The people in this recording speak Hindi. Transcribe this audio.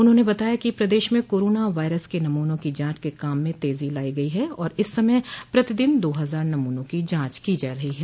उन्होंने बताया कि प्रदेश में कोरोना वायरस के नमूनों की जांच के काम में तेजी लाई गई है और इस समय प्रतिदिन दो हजार नमूनों की जांच जा रही है